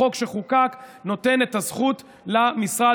החוק שחוקק נותן את הזכות למשרד,